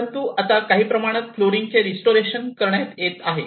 परंतु आता काही प्रमाणात फ्लोअरिंगचे रिस्टोरेशन करण्यात आले आहे